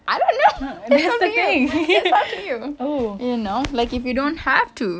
I don't know what you saying talk to you you know like if you don't have to